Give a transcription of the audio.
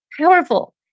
powerful